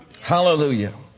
Hallelujah